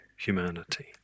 humanity